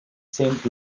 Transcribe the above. saint